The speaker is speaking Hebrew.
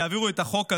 ויעבירו את החוק הזה.